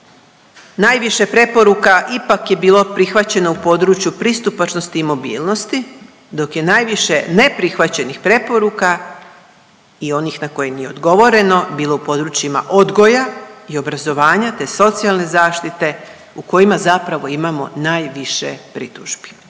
Najviše preporuka ipak je bilo prihvaćeno u području pristupačnosti i mobilnosti, dok je najviše neprihvaćenih preporuka i onih na koje nije odgovoreno bilo u područjima odgoja i obrazovanja te socijalne zaštite u kojima zapravo imamo najviše pritužbi